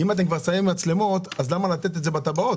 אם אתם כבר שמים מצלמות אז למה לתת את זה בטבעות?